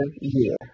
year